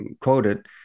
quoted